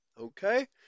okay